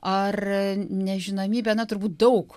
ar nežinomybė na turbūt daug